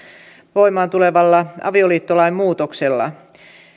voimaan tulevalla avioliittolain muutoksella